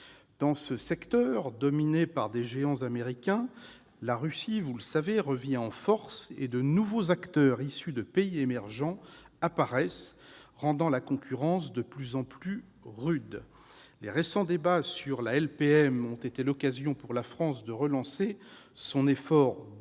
Dans ce secteur, dominé par des géants américains, la Russie, vous le savez, revient en force et de nouveaux acteurs issus des pays émergents apparaissent, rendant la concurrence de plus en plus rude. Les récents débats sur la loi de programmation militaire 2019-2025 ont été l'occasion pour la France de relancer son effort de